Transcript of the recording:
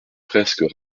fresques